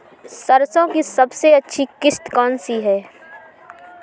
सरसो की सबसे अच्छी किश्त कौन सी है?